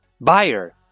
Buyer